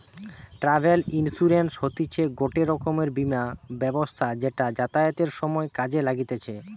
travel insurance হতিছে গটে রকমের বীমা ব্যবস্থা যেটা যাতায়াতের সময় কাজে লাগতিছে